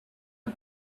n’a